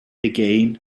again